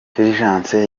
fulgence